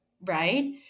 right